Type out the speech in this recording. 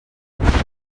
wie